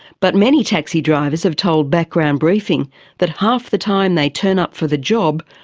but many taxi drivers have told background briefing that half the time they turn up for the job,